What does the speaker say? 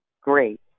great